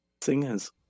singers